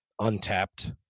untapped